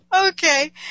Okay